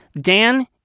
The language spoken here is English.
Dan